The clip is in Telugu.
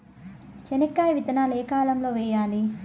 చెనక్కాయ విత్తనాలు ఏ కాలం లో వేయాలి?